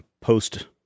post